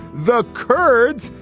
the kurds.